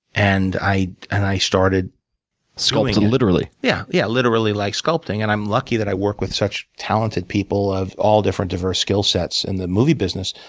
and i and i started sculpt, literally. yeah. i yeah literally like sculpting, and i'm lucky that i work with such talented people of all different diverse skill sets in the movie business,